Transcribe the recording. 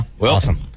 Awesome